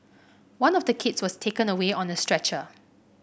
one of the kids was taken away on a stretcher